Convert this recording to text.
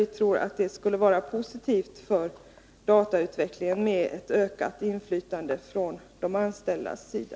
Vi tror att det skulle vara positivt för datautvecklingen med ett ökat inflytande från de anställdas sida.